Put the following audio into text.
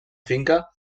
finca